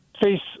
face